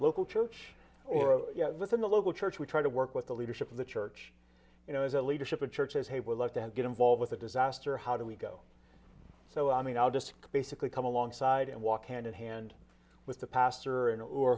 local church or within the local church we try to work with the leadership of the church you know as a leadership a church as they were left and get involved with a disaster how do we go so i mean i'll just basically come alongside and walk hand in hand with the pastor and or